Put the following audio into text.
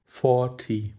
forty